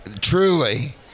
Truly